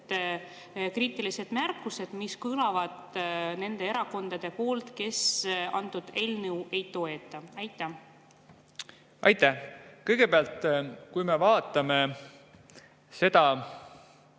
kriitilised märkused, mis kõlavad nendest erakondadest, kes seda eelnõu ei toeta. Aitäh! Kõigepealt, kui me vaatame seda